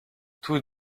tous